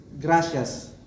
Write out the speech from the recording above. gracias